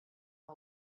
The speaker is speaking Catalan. amb